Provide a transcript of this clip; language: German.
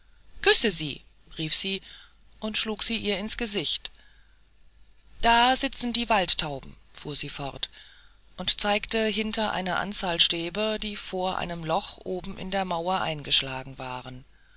küsse sie rief sie und schlug sie ihr ins gesicht da sitzen die waldtauben fuhr sie fort und zeigte hinter eine anzahl stäbe die vor einem loche oben in die mauer eingeschlagen waren